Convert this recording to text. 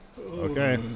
Okay